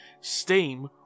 Steam